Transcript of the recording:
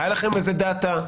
היה לכם איזה שהוא Data.